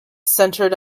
centered